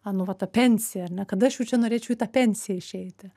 a nu va ta pensija ar ne kada aš jau čia norėčiau į tą pensiją išeiti